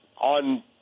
on